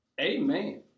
Amen